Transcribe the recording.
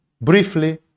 briefly